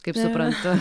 kaip suprantu